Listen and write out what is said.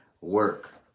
work